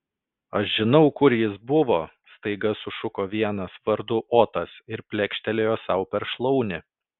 aš žinau kur jis buvo staiga sušuko vienas vardu otas ir plekštelėjo sau per šlaunį